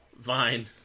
Vine